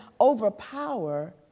overpower